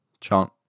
chant